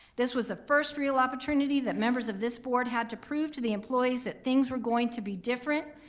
this was the first real opportunity that members of this board had to prove to the employees that things were going to be different.